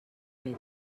fet